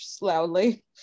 loudly